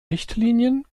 richtlinien